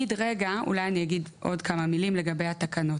אולי אני אגיד עוד כמה מילים לגבי התקנות.